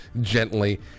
gently